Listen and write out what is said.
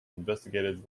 investigative